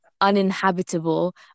uninhabitable